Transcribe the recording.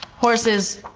horses,